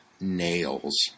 nails